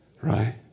Right